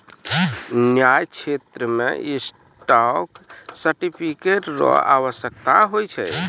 न्याय क्षेत्रो मे स्टॉक सर्टिफिकेट र आवश्यकता होय छै